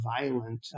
violent